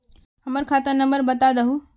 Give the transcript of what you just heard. हमर खाता नंबर बता देहु?